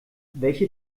welche